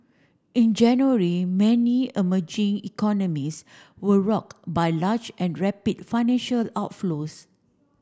in January many emerging economies were rocked by large and rapid financial outflows